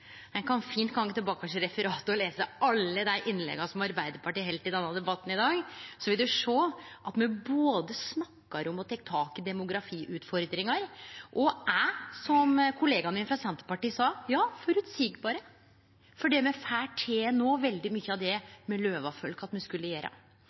Ein kan fint gå tilbake i referatet og lese alle dei innlegga som Arbeidarpartiet har halde i denne debatten i dag. Då vil ein sjå at me både snakkar om og tek tak i demografiutfordringar, og at me – som kollegaen min frå Senterpartiet sa – er føreseielege, for me får no til veldig mykje av